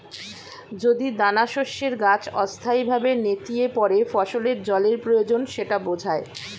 যদি দানাশস্যের গাছ অস্থায়ীভাবে নেতিয়ে পড়ে ফসলের জলের প্রয়োজন সেটা বোঝায়